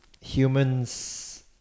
humans